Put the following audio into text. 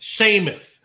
Sheamus